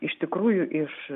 iš tikrųjų iš